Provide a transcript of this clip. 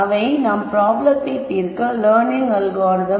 அதை நாம் ப்ராப்ளத்தை தீர்க்க லேர்னிங் அல்காரிதம்